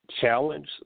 challenge